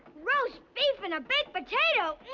roast beef and a baked potato!